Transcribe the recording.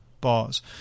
bars